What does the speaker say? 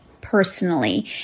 personally